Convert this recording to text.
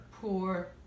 Poor